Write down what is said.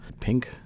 Pink